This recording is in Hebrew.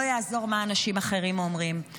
לא יעזור מה אנשים אחרים אומרים,